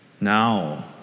Now